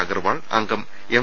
അഗർവാൾ അംഗം എം